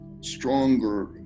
stronger